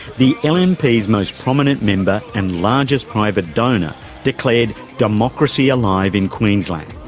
the lnp's most prominent member and largest private donor declared democracy alive in queensland.